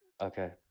Okay